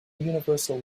universal